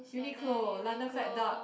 Uniqlo London Fat Duck